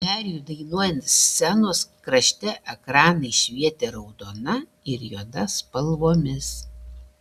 soliariui dainuojant scenos krašte ekranai švietė raudona ir juoda spalvomis